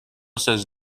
says